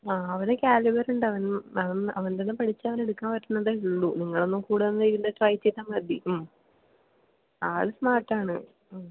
ആ അവന് കാലിബർ ഉണ്ട് അവന് അവൻ അവൻ തന്നെ പഠിച്ചാൽ അവന് എടുക്കാൻ പറ്റുന്നതേ ഉള്ളൂ നിങ്ങളൊന്നു കൂടെയൊന്നിരുന്നു ട്രൈ ചെയ്താൽ മതി മ് ആൾ സ്മാർട്ട് ആണ് മ്